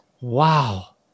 wow